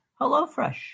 HelloFresh